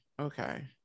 okay